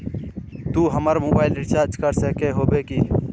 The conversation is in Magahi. तू हमर मोबाईल रिचार्ज कर सके होबे की?